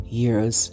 years